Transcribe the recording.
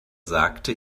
sagte